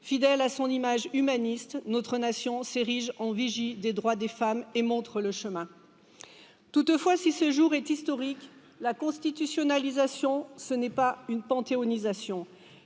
fidèle à son image humaniste. Notre nation s'érige en vigie des droits des femmes et montre le chemin Toutefois, si ce jour est historique, la constitutionnalisation, ce n'est pas une panthéon sation